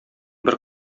бер